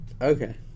Okay